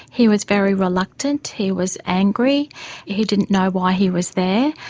he was very reluctant, he was angry he didn't know why he was there.